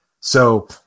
So-